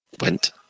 went